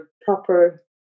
proper